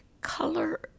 Color